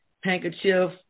handkerchief